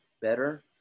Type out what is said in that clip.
better